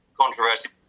controversy